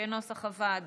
כנוסח הוועדה,